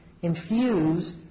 infuse